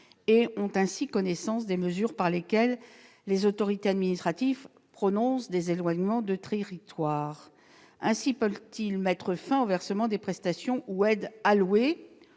ont ainsi connaissance des mesures par lesquelles les autorités administratives prononcent des éloignements du territoire. Ainsi peuvent-ils mettre fin au versement des prestations ou aides allouées